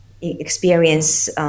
experience